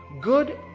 good